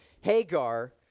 Hagar